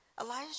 Elijah